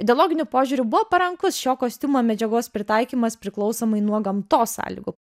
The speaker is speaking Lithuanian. ideologiniu požiūriu buvo parankus šio kostiumo medžiagos pritaikymas priklausomai nuo gamtos sąlygų